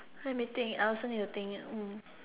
let me think I also need to think mm